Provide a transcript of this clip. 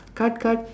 cut cut